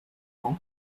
ans